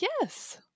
Yes